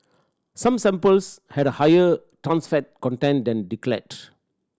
some samples had a higher trans fat content than declared